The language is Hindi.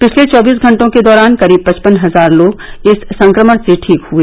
पिछले चौबीस घंटों के दौरान करीब पचपन हजार लोग इस संक्रमण से ठीक हुए